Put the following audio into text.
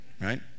right